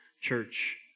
church